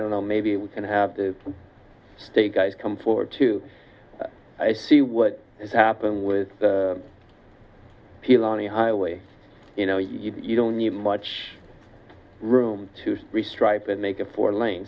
don't know maybe we can have the state guys come forward to i see what is happening with people on the highway you know you don't need much room to three stripe and make a four lane